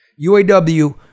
UAW